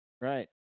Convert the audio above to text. Right